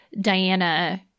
Diana